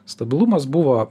stabilumas buvo